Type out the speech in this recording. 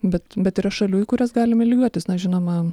bet bet yra šalių į kurias galime lygiuotis na žinoma